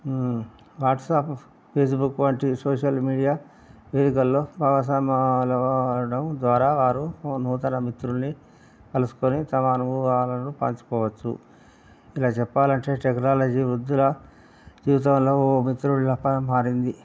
WhatsApp Facebook వంటి social media వేదికల్లో భాగస్వాములు అవడం ద్వారా వారు నూతన మిత్రులని కలుసుకొని తమ అనుభవాలను పంచుకోవచ్చు ఇలా చెప్పాలంటే టెక్నాలజీ వృద్ధుల జీవితంలో మిత్రుల లెక్క మారింది